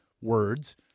words